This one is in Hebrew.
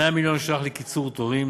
100 מיליון ש"ח לקיצור תורים,